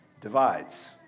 Divides